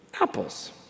apples